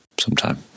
sometime